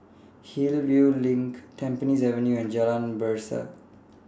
Hillview LINK Tampines Avenue and Jalan Berseh